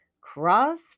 Cross